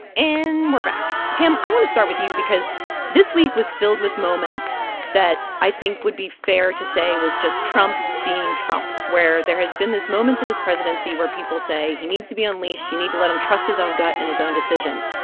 and we're back. tam, i want to start with you because this week was filled with moments that i think would be fair to say was just trump being trump, where there has been this moments in his presidency where people say he needs to be unleashed you need to let him trust his own gut and his own decisions.